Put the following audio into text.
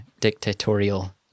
dictatorial